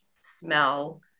smell